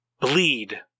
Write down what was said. Bleed